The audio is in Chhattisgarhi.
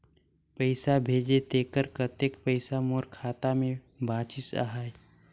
पइसा भेजे तेकर कतेक पइसा मोर खाता मे बाचिस आहाय?